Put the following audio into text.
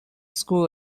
screw